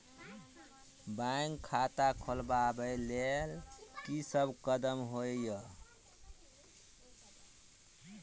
Bank खाता खोलबाबै केँ लेल की सब कदम होइ हय?